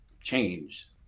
change